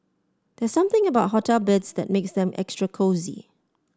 there's something about hotel beds that makes them extra cosy